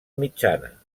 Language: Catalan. mitjana